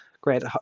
great